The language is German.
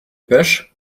bösch